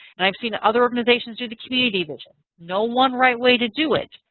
and i've seen other organizations do the community vision. no one right way to do it.